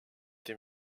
tes